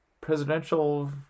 presidential